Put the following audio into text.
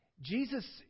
Jesus